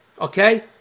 okay